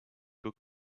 book